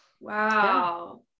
Wow